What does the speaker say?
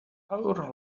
our